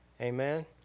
amen